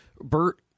Bert